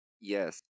Yes